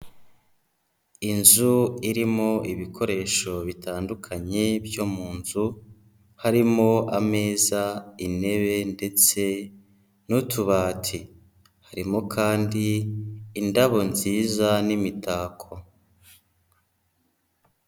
Inzu irimo ibikoresho bitandukanye byo mu nzu, harimo ameza intebe ndetse n'utubati, harimo kandi indabo nziza n'imitako.